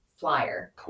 flyer